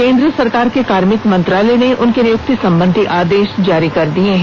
केंद्र सरकार के कार्मिक मंत्रालय ने उनकी नियुक्ति संबंधी आदेश जारी कर दिया है